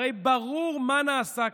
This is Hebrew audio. הרי ברור מה נעשה כאן.